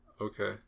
Okay